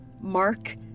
Mark